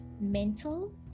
mental